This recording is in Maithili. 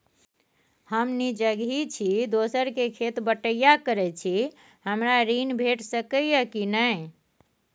हम निजगही छी, दोसर के खेत बटईया करैत छी, हमरा ऋण भेट सकै ये कि नय?